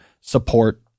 support